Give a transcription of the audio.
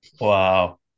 Wow